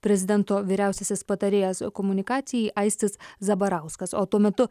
prezidento vyriausiasis patarėjas komunikacijai aistis zabarauskas o tuo metu